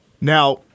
Now